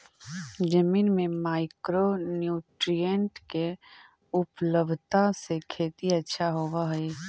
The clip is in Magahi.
जमीन में माइक्रो न्यूट्रीएंट के उपलब्धता से खेती अच्छा होब हई